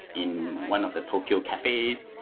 in one of the tokyo cafes.